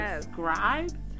subscribe